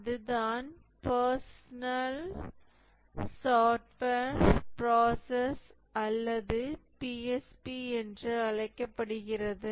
அதுதான் personal software process அல்லது PSP என்று அழைக்கப்படுகிறது